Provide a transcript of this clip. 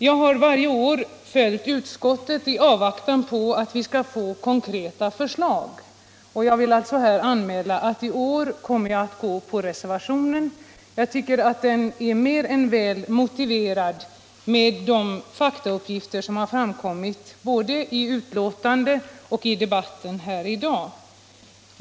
Jag har varje år följt utskottet i avvaktan på att vi skall få konkreta förslag, och jag vill här anmäla att jag i år kommer att rösta för reservationen. Jag tycker att den är mer än väl motiverad med de faktauppgifter som framkommit både i betänkandet och i debatten i dag.